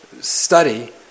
study